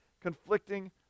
conflicting